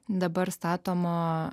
dabar statomo